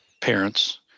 parents